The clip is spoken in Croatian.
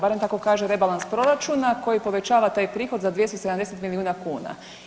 Barem tako kaže rebalans proračuna koji povećava taj prihod za 270 milijuna kuna.